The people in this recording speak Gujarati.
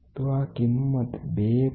તો આ કિમત 2